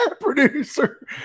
producer